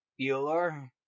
Bueller